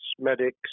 medics